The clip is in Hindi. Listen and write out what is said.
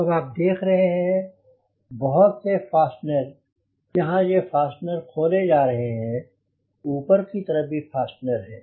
अब आप देख रहे हैं बहुत से फास्टनर यहाँ ये फास्टनर खोले जा रहे हैं ऊपर की तरफ भी फास्टनर हैं